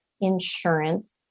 insurance